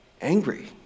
angry